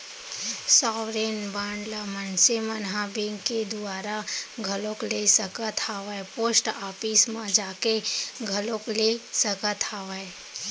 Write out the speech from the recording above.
sovereign bond ल मनसे मन ह बेंक के दुवारा घलोक ले सकत हावय पोस्ट ऑफिस म जाके घलोक ले सकत हावय